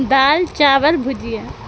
دال چاول بھجیا